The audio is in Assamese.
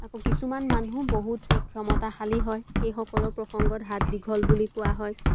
আকৌ কিছুমান মানুহ বহুত ক্ষমতাশালী হয় সেইসকলৰ প্ৰসংগত হাত দীঘল বুলি কোৱা হয়